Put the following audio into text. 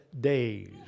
days